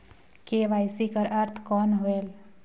KYC कर अर्थ कौन होएल?